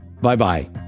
Bye-bye